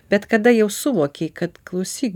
bet kada jau suvokei kad klausyk